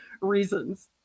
reasons